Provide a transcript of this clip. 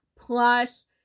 plus